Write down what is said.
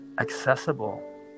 accessible